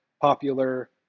popular